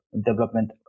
development